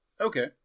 Okay